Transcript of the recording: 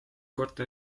korda